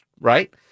Right